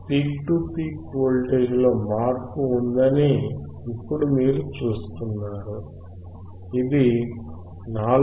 peak to peak వోల్టేజ్లో మార్పు ఉందని ఇప్పుడు మీరు చూస్తున్నారు ఇది 4